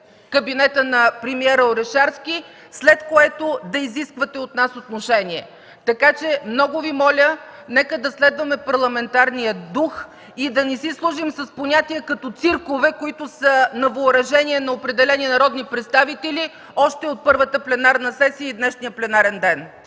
кабинета на премиера Орешарски, след което да изисквате от нас отношение. Така че много Ви моля, нека да следваме парламентарния дух и да не си служим с понятия като „циркове”, които са на въоръжение на определени народни представители още от първата пленарна сесия и днешния пленарен ден.